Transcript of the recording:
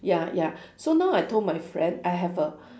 ya ya so now I told my friend I have a